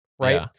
right